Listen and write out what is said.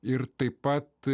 ir taip pat